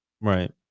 Right